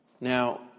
Now